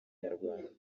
nyarwanda